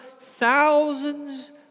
thousands